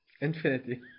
Infinity